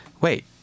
Wait